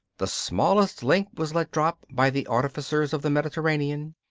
the smallest link was let drop by the artificers of the mediterranean,